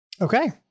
Okay